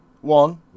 one